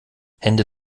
hände